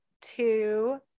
two